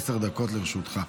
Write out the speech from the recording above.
עשר דקות לרשותך.